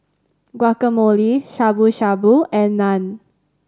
Guacamole Shabu Shabu and Naan